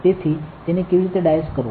તેથી તેને કેવી રીતે ડાઈસ કરવું